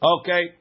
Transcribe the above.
Okay